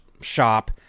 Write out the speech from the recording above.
shop